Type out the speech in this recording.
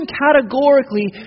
categorically